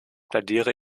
plädiere